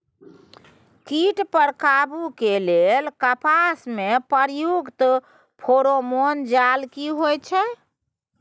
कीट पर काबू के लेल कपास में प्रयुक्त फेरोमोन जाल की होयत छै?